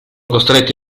costretti